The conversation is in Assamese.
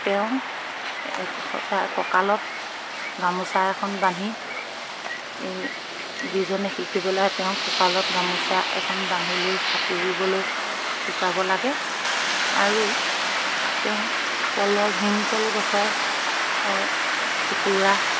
তেওঁ কঁকালত গামোচা এখন বান্ধি এই যিজনে শিকিব লাগে তেওঁৰ কঁকালত গামোচা এখন বান্ধি লৈ সাঁতুৰিবলৈ শিকাব লাগে আৰু তেওঁ কলৰ ভীমকলল গছৰ টুকুৰা